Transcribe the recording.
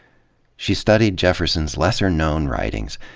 she studied jefferson's lesser known writings,